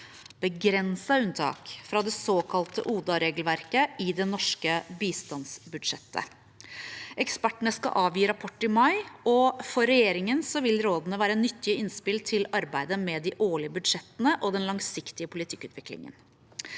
begrensede unntak fra det såkalte ODA-regelverket i det norske bistandsbudsjettet. Ekspertene skal avgi rapport i mai, og for regjeringen vil rådene være nyttige innspill til arbeidet med de årlige budsjettene og den langsiktige politikkutviklingen.